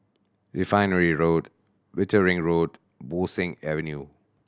Refinery Road Wittering Road Bo Seng Avenue